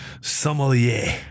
Sommelier